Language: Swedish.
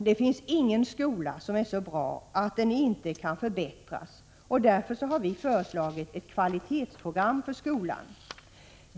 Det finns ingen skola som är så bra att den inte kan förbättras, och därför har vi föreslagit ett kvalitetsprogram för skolan.